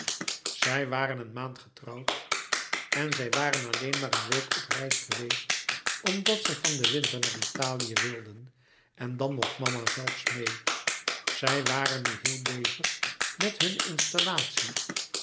zij waren een maand getrouwd en zij waren alleen maar een week op reis geweest louis couperus metamorfoze omdat zij van den winter naar italië wilden en dan mocht mama zelfs meê zij waren nu heel bezig met hunne installatie